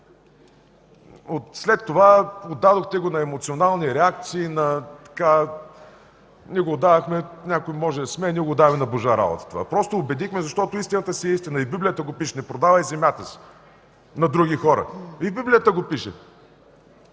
След това го отдадохте на емоционални реакции. Някой може да се смее – ние го отдаваме на Божа работа. Просто убедихме, защото истината си е истина. И в Библията го пише – „Не продавай земята си на други хора”. И в Библията го пише!